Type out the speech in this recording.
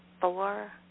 four